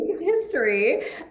history